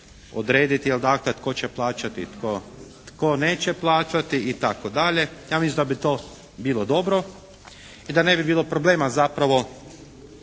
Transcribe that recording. odrediti, dakle tko će plaćati, tko neće plaćati itd. Ja mislim da bi to bilo dobro i da ne bi bilo problema zapravo